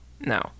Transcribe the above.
no